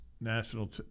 national